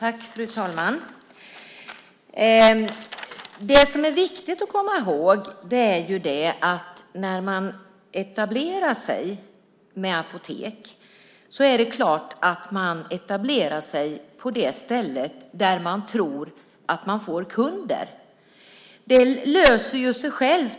Fru talman! Det är viktigt att komma ihåg att när man etablerar apotek sker det naturligtvis på ställen där man tror att man får kunder. Det säger sig självt.